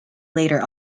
later